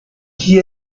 qu’y